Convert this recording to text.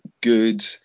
good